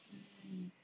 mm